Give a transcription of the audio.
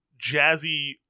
jazzy